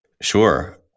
Sure